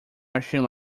machine